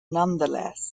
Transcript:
nonetheless